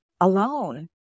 alone